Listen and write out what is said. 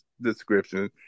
description